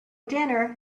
dinner